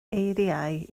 eiriau